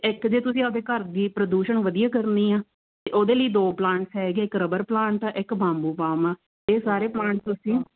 ਇੱਕ ਜੇ ਤੁਸੀਂ ਆਪਦੇ ਘਰ ਦੀ ਪ੍ਰਦੂਸ਼ਣ ਵਧੀਆ ਕਰਨੀ ਆ ਅਤੇ ਉਹਦੇ ਲਈ ਦੋ ਪਲਾਂਟਸ ਹੈਗੇ ਇੱਕ ਰਬਰ ਪਲਾਂਟ ਆ ਇੱਕ ਬਾਮੂ ਪਾਮ ਆ ਇਹ ਸਾਰੇ ਪਲਾਂਟ ਤੁਸੀਂ